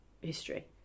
history